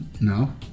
No